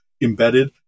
embedded